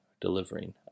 Delivering